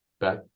back